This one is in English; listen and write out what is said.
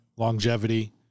longevity